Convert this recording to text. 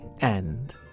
end